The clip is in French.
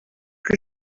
plus